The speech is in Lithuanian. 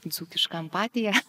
dzūkišką empatiją